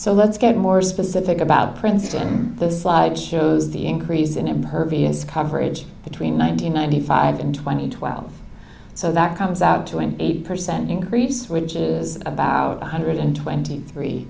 so let's get more specific about princeton the slide shows the increase in impervious coverage between ninety ninety five and twenty twelve so that comes out to an eight percent increase which is about one hundred twenty three